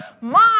Mom